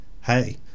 Hey